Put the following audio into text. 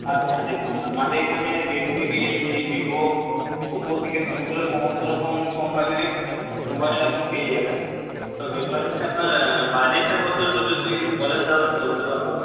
আচ্ছা দেখুন আমাদের এখানে রেডমি রিয়েলমি ভিভো ওপো থেকে শুরু করে সমস্ত রকম কোম্পানিরই মোবাইল আপনি পেয়ে যাবেন তো ব্যাপার হচ্ছে আপনার বাজেটটা কতো একটু যদি বলেন তাহলে বলতে পারবো